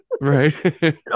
right